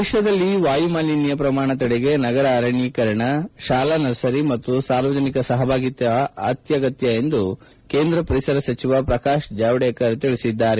ದೇಶದಲ್ಲಿ ವಾಯು ಮಾಲಿನ್ನ ಪ್ರಮಾಣ ತಡೆಗೆ ನಗರ ಅರಣ್ಣೀಕರಣ ಶಾಲಾ ನರ್ಸರಿ ಮತ್ತು ಸಾರ್ವಜನಿಕ ಸಹಭಾಗಿತ್ವ ಅತ್ವಗತ್ಯ ಎಂದು ಕೇಂದ್ರ ಪರಿಸರ ಸಚಿವ ಪ್ರಕಾಶ್ ಜಾವ್ವೇಕರ್ ಹೇಳದ್ದಾರೆ